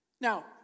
Now